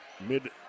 Mid-